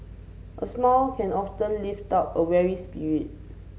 a smile can often lift up a weary spirit